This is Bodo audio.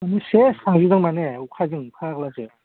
अखायावनो सेस थांजोबदों माने अखाजों फाग्लासो